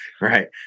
Right